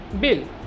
bill